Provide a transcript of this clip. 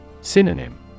Synonym